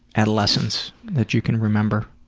adolescence that you can remember.